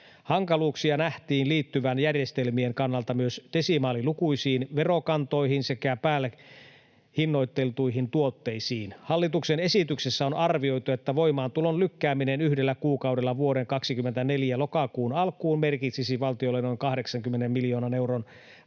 Hankaluuksia nähtiin liittyvän järjestelmien kannalta myös desimaalilukuisiin verokantoihin sekä päällehinnoiteltuihin tuotteisiin. Hallituksen esityksessä on arvioitu, että voimaantulon lykkääminen yhdellä kuukaudella vuoden 24 lokakuun alkuun merkitsisi valtiolle noin 80 miljoonan euron